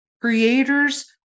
creator's